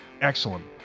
Excellent